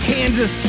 Kansas